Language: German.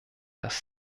dass